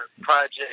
project